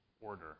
order